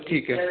ठीक है